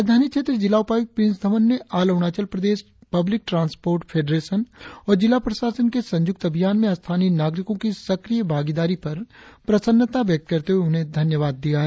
राजधानी क्षेत्र जिला उपायुक्त प्रिंस धवन ने all Arunachal Pradesh public transport federation और जिला प्रशासन के संयुक्त अभियान में स्थानीय नागरिको की सक्रिय भागीदारी पर प्रसन्नता व्यक्त करते हुए उन्हें धन्यवाड दिया है